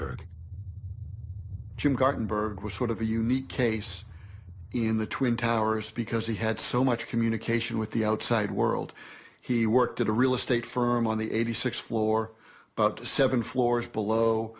gartenberg jim gartenberg was sort of a unique case in the twin towers because he had so much communication with the outside world he worked at a real estate firm on the eighty sixth floor but to seven floors below